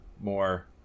more